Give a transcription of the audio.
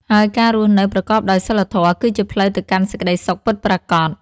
ហើយការរស់នៅប្រកបដោយសីលធម៌ គឺជាផ្លូវទៅកាន់សេចក្តីសុខពិតប្រាកដ។